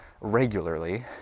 regularly